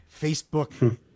Facebook